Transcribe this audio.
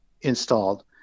installed